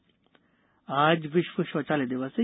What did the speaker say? शौचालय दिवस आज विश्व शौचालय दिवस है